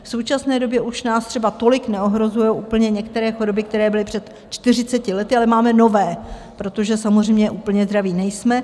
V současné době už nás třeba tolik neohrožují úplně některé choroby, které byly před čtyřiceti lety, ale máme nové, protože samozřejmě úplně zdraví nejsme.